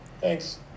Thanks